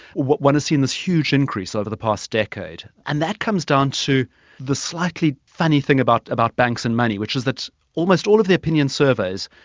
one has seen this huge increase over the past decade, and that comes down to the slightly funny thing about about banks and money which is that almost all of the opinion surveys,